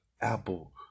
Apple